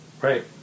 Right